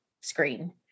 screen